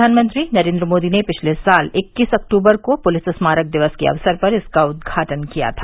प्रधानमंत्री नरेन्द्र मोदी ने पिछले साल इक्कीस अक्टूबर को पुलिस स्मारक दिवस के अवसर पर इसका उदघाटन किया था